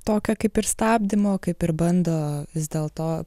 tokio kaip ir stabdymo kaip ir bando vis dėlto